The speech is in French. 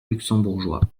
luxembourgeois